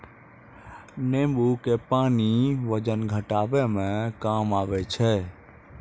नेंबू के पानी वजन घटाबै मे काम आबै छै